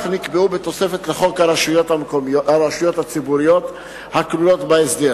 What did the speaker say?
כן נקבעו בתוספת לחוק הרשויות הציבוריות הכלולות בהסדר